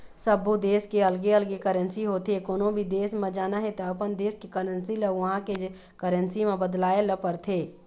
सब्बो देस के अलगे अलगे करेंसी होथे, कोनो भी देस म जाना हे त अपन देस के करेंसी ल उहां के करेंसी म बदलवाए ल परथे